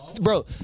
bro